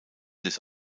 des